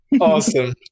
awesome